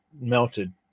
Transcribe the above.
melted